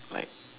like